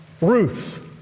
Ruth